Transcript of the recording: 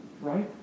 Right